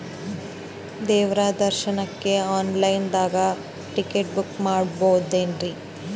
ದೇವ್ರ ದರ್ಶನಕ್ಕ online ದಾಗ ಟಿಕೆಟ ಬುಕ್ಕ ಮಾಡ್ಬೊದ್ರಿ?